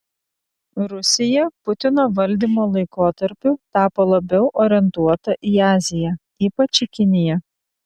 rusija putino valdymo laikotarpiu tapo labiau orientuota į aziją ypač į kiniją